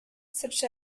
such